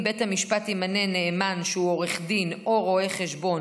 בית המשפט ימנה נאמן שהוא עורך דין או רואה חשבון,